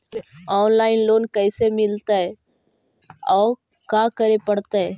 Online loan कैसे मिलतै औ का करे पड़तै?